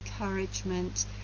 encouragement